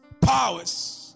powers